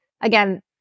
again